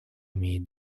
имеет